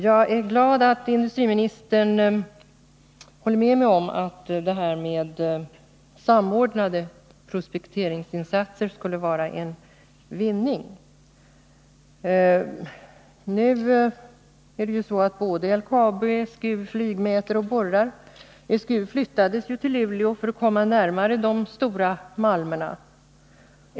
Jag är glad över att industriministern håller med om att samordnade prospekteringsinsatser skulle vara en vinst. Nu flygmäter och borrar både LKAB och SGU. SGU flyttades ju till Luleå för att komma närmare de stora malmtillgångarna.